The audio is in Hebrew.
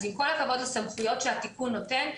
אז עם כל הכבוד לסמכויות שהתיקון נותן,